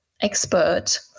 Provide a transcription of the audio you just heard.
expert